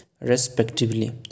respectively